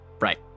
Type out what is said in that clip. Right